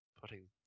putting